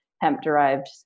hemp-derived